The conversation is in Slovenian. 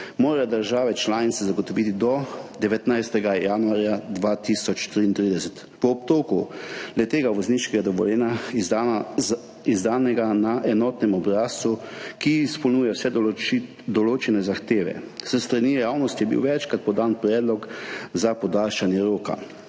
določbami direktive zagotoviti do 19. januarja 2033, po obtoku vozniškega dovoljenja, izdanega na enotnem obrazcu, ki izpolnjuje vse določene zahteve. S strani javnosti je bil večkrat podan predlog za podaljšanje roka